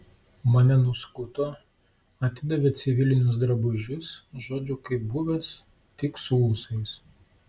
mane nuskuto atidavė civilinius drabužius žodžiu kaip buvęs tik su ūsais